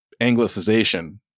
anglicization